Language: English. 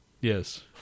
Yes